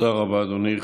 תודה רבה, אדוני.